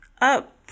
up